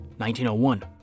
1901